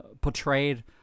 portrayed